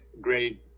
grade